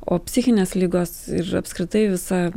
o psichinės ligos ir apskritai visa